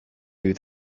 you